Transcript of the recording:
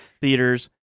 theaters